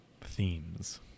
themes